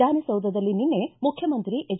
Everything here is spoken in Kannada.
ವಿಧಾನಸೌಧದಲ್ಲಿ ನಿನ್ನೆ ಮುಖ್ಯಮಂತ್ರಿ ಎಚ್